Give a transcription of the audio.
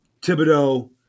Thibodeau